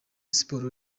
sports